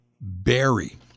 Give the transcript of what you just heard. Berry